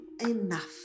enough